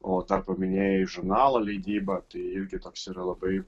o dar minėjai žurnalo leidybą tai irgi toks yra labai